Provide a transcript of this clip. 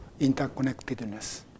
interconnectedness